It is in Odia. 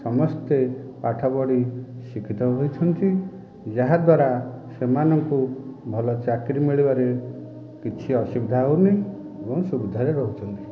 ସମସ୍ତେ ପାଠପଢ଼ି ଶିକ୍ଷିତ ହୋଇଛନ୍ତି ଯାହାଦ୍ୱାରା ସେମାନଙ୍କୁ ଭଲ ଚାକିରି ମିଳିବାରେ କିଛି ଅସୁବିଧା ହେଉନି ଏବଂ ସୁବିଧାରେ ରହୁଛନ୍ତି